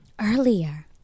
Earlier